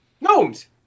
gnomes